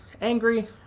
angry